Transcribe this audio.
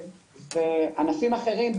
בענפים אחרים,